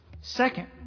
Second